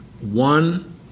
one